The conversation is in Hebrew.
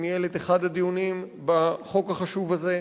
שניהל את אחד הדיונים בחוק החשוב הזה,